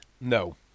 No